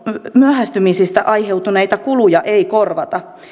myöhästymisistä aiheutuneita kuluja ei korvata